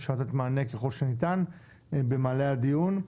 אפשר לתת מענה ככל שניתן במעלה הדיון.